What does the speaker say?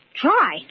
try